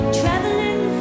traveling